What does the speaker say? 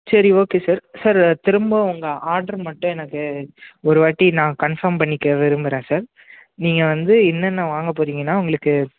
சரி okay sir sir திரும்ப உங்கள் ஆர்டர் மட்டும் எனக்கு ஒரு வாட்டி நான் கன்ஃபார்ம் பண்ணிக்க விரும்புகிறேன் சார் நீங்கள் வந்து என்னென்ன வாங்க போகிறீங்கன்னா உங்களுக்கு